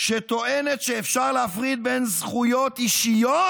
שטוענת שאפשר להפריד בין זכויות אישיות